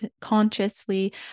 consciously